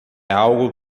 algo